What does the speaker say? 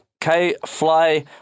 K-Fly